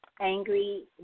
angry